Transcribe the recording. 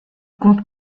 compte